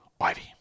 Ivy